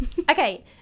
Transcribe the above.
Okay